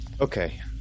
Okay